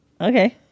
Okay